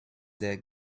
der